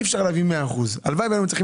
אי אפשר להביא 100%. הלוואי והיינו מצליחים